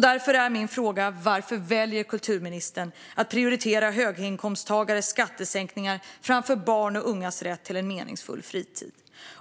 Därför är min fråga: Varför väljer kulturministern att prioritera höginkomsttagares skattesänkningar framför barns och ungas rätt till en meningsfull fritid?